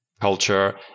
culture